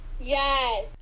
Yes